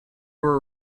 were